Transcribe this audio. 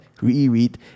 reread